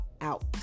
out